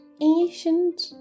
ancient